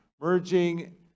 merging